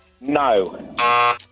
No